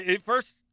First